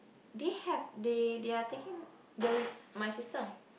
they have they they are taking they are with my sister